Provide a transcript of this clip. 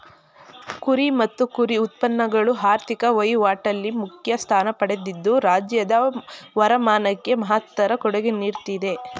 ಕುರಿ ಮತ್ತು ಕುರಿ ಉತ್ಪನ್ನಗಳು ಆರ್ಥಿಕ ವಹಿವಾಟಲ್ಲಿ ಮುಖ್ಯ ಸ್ಥಾನ ಪಡೆದಿದ್ದು ರಾಜ್ಯದ ವರಮಾನಕ್ಕೆ ಮಹತ್ತರ ಕೊಡುಗೆ ನೀಡ್ತಿದೆ